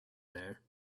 there